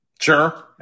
Sure